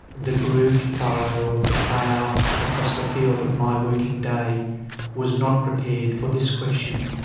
the grooved furrow of the plough across the field of my working day was not prepared for this question.